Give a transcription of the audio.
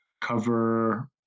cover